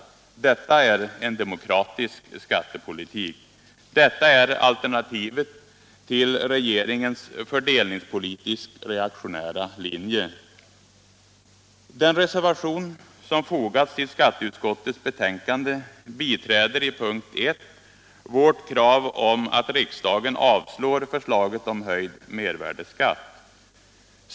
Detta är en demokratisk skattepolitik. Detta är alternativet till regeringens fördelningspolitiskt reaktionära linje. Den reservation som fogats till skatteutskottets betänkande biträder i punkt 1 vårt krav om att riksdagen avslår förslaget om höjd mervärdeskatt.